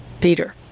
Peter